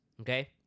okay